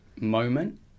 moment